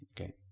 Okay